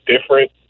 different